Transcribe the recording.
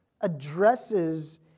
addresses